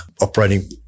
operating